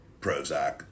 Prozac